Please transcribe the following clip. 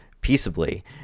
peaceably